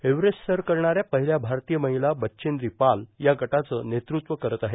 Everest सर करणाऱ्या पहिल्या भारतीय महिला बचेंद्री पाल या गटाचं नेतृत्व करत आहे